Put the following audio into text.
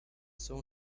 saw